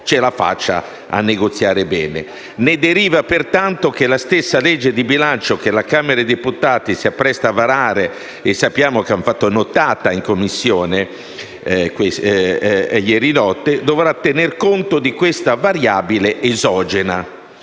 ce la faccia a negoziare bene. Ne deriva pertanto che la stessa legge di bilancio, che la Camera dei deputati si appresta a varare - sappiamo che la Commissione ha lavorato fino a tardi ieri notte - dovrà tener conto di questa variabile esogena.